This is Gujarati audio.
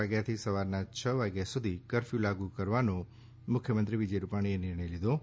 વાગ્યાથી સવારના છ વાગ્યા સુધી કરફ્યૂ લાગુ કરવાનો મુખ્યમંત્રી વિજય રૂપાણીએ નિર્ણય લીધો છે